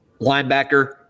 Linebacker